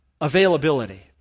availability